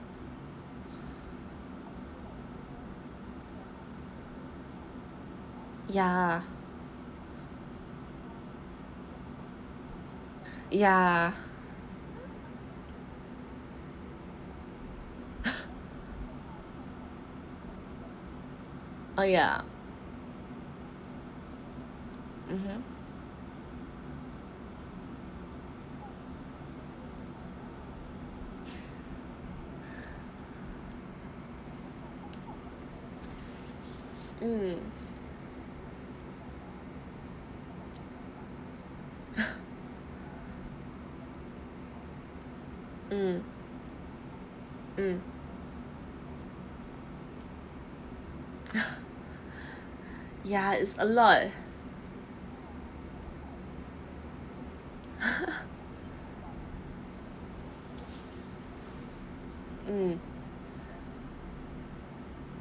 ya ya oh ya mmhmm mm mm mm ya it's a lot mm